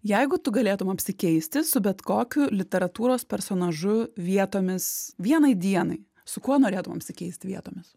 jeigu tu galėtum apsikeisti su bet kokiu literatūros personažu vietomis vienai dienai su kuo norėtum apsikeist vietomis